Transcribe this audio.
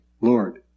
Lord